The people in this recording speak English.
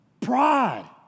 Pride